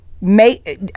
make